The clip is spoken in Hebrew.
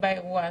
באירוע הזה.